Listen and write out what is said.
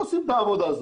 הם עושים את העבודה.